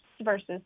versus